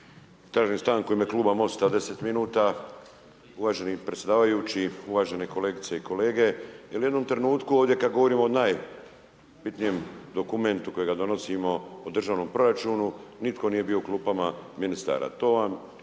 tražim stanku u ime Kluba MOST-a 10 minuta, uvaženi predsjedavajući, uvažene kolegice i kolege, jer u jednom trenutku ovdje kad govorimo o najbitnijem dokumentu kojega donosimo, o državnom proračunu, nitko nije bio u klupama ministara. To vam